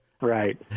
Right